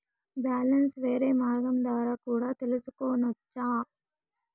Balance వేరే మార్గం ద్వారా కూడా తెలుసుకొనొచ్చా?